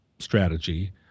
Strategy